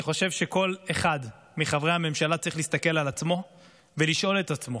אני חושב שכל אחד מחברי הממשלה צריך להסתכל על עצמו ולשאול את עצמו